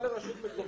גיא,